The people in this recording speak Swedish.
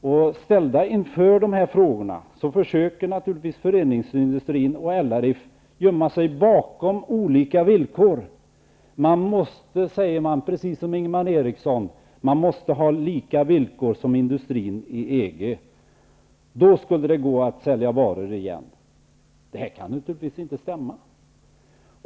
När LRF och förädlingsindustrin ställs inför dessa frågor försöker de naturligtvis gömma sig bakom olika villkor. Man säger, precis som Ingvar Eriksson, att man måste ha samma villkor som industrin i EG. Då skulle det gå att sälja varor. Det här kan naturligtvis inte stämma.